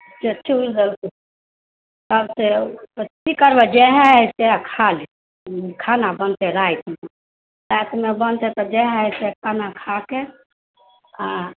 तब तऽ की करबै जएह अछि सएह खा लेब खाना बनतै रातिमे रातिमे बनतै तऽ जएह अछि सएह खाना खा कऽ आ